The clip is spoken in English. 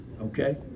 okay